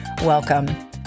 welcome